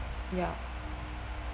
ya